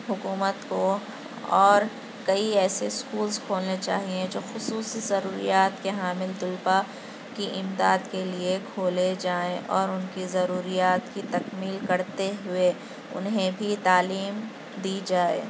حکومت کو اور کئی ایسے اسکولز کھولنے چاہیے جو خصوصی ضروریات کے حامل طلباء کی اِمداد کے لیے کھولے جائیں اور اُن کی ضروریات کی تکمیل کرتے ہوئے اُنہیں بھی تعلیم دی جائے